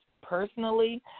personally